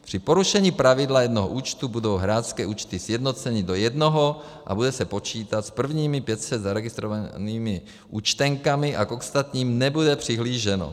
Při porušení pravidla jednoho účtu budou hráčské účty sjednoceny do jednoho a bude se počítat s prvními 500 zaregistrovanými účtenkami a k ostatním nebude přihlíženo.